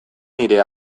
nire